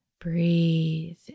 breathe